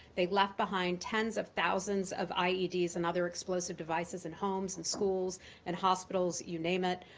they left behind tens of thousands of ieds and other explosive devices in homes and schools and hospitals you name it.